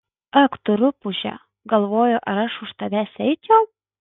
ak tu rupūže galvoju ar aš už tavęs eičiau